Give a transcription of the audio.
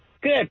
Good